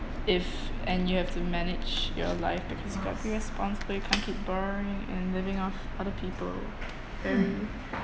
if and you have to manage your life because you gotta be responsible you can't keep borrowing and living off other people